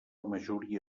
majoria